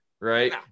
right